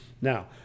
Now